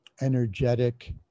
energetic